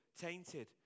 tainted